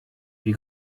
wie